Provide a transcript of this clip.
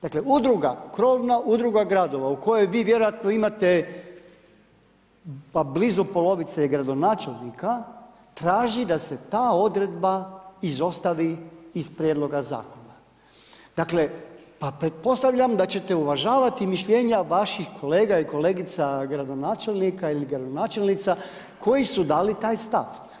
Dakle udruga, krovna udruga gradova u kojoj vi vjerojatno imate pa blizu polovice gradonačelnika traži da se ta odredba izostavi iz prijedloga zakona. dakle, pretpostavljam da ćete uvažavati mišljenja vaših kolega i kolegica gradonačelnika ili gradonačelnica koji su dali taj stav.